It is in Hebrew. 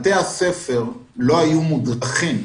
בתי הספר לא היו מודרכים.